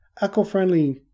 eco-friendly